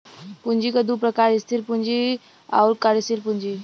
पूँजी क दू प्रकार स्थिर पूँजी आउर कार्यशील पूँजी